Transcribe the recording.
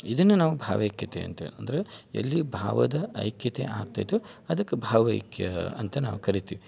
ಇದನ್ನ ನಾವು ಭಾವೈಕ್ಯತೆ ಅಂತೇವೆ ಅಂದರೆ ಎಲ್ಲಿ ಭಾವದ ಐಕ್ಯತೆ ಆಗ್ತದೋ ಅದಕ್ಕೆ ಭಾವೈಕ್ಯ ಅಂತ ನಾವು ಕರಿತೀವಿ